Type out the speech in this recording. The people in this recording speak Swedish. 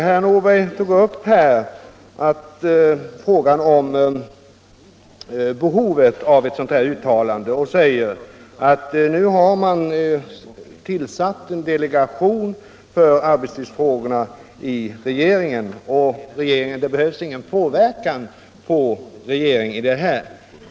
Herr Nordberg tog upp frågan om behovet av ett sådant här uttalande och sade att nu har regeringen tillsatt en delegation för arbetstidsfrågorna och det behövs ingen påverkan på regeringen i detta fall.